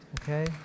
okay